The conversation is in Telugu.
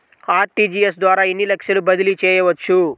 అర్.టీ.జీ.ఎస్ ద్వారా ఎన్ని లక్షలు బదిలీ చేయవచ్చు?